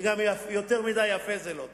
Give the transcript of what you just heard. וגם יותר מדי יפה זה לא טוב.